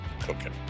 cooking